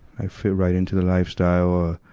i fit right into the lifestyle. ah